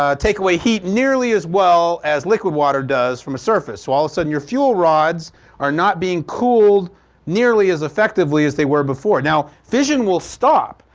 ah take away heat nearly as well as liquid water does from a surface. so all of a sudden your fuel rods are not being cooled nearly as effectively as they were before. now fission will stop.